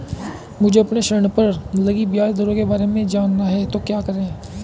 मुझे अपने ऋण पर लगी ब्याज दरों के बारे में जानना है तो क्या करें?